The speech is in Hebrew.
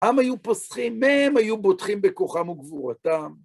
פעם היו פוסחים מהם, היו בוטחים בכוחם וגבורתם.